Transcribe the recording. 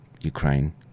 Ukraine